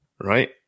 right